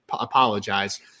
apologize